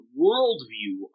worldview